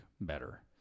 better